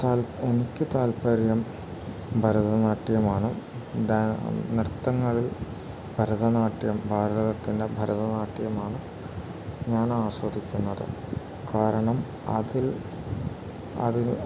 എനിക്ക് താൽപര്യം ഭരതനാട്യമാണ് നൃത്തങ്ങളിൽ ഭരതനാട്യം ഭാരതത്തിൻ്റെ ഭരതനാട്യമാണ് ഞാൻ ആസ്വദിക്കുന്നത് കാരണം അതിൽ അതിൽ